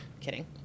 kidding